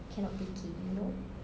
cannot take it you know